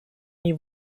ней